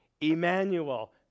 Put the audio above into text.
Emmanuel